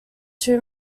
two